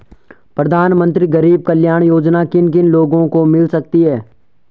प्रधानमंत्री गरीब कल्याण योजना किन किन लोगों को मिल सकती है?